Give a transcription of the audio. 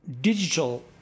digital